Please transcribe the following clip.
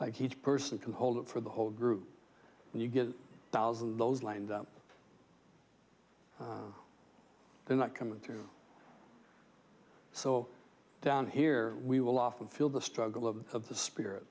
like each person can hold it for the whole group and you get a thousand those lined up they're not coming through so down here we will often feel the struggle of the spirit